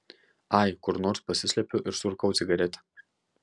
ai kur nors pasislepiu ir surūkau cigaretę